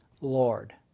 Lord